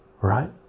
right